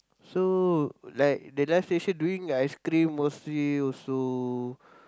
so like the live station doing ice cream mostly also